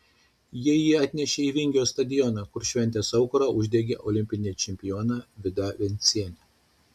jie jį atnešė į vingio stadioną kur šventės aukurą uždegė olimpinė čempionė vida vencienė